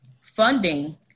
funding